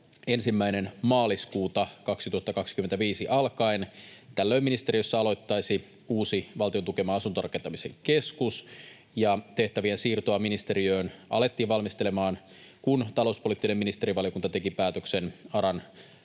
1. maaliskuuta 2025 alkaen. Tällöin ministeriössä aloittaisi uusi Valtion tukeman asuntorakentamisen keskus. Tehtävien siirtoa ministeriöön alettiin valmistelemaan, kun talouspoliittinen ministerivaliokunta teki päätöksen ARAn